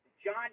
John